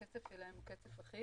הקצף שלהם הוא אחיד,